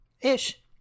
Ish